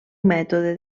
mètode